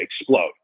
explode